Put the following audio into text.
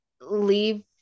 leave